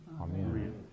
Amen